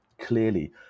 Clearly